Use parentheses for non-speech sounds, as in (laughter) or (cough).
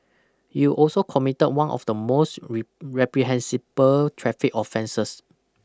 you also committed one of the most (unintelligible) reprehensible traffic offences